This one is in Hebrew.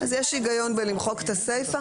יש הגיון במחיקת הסיפה.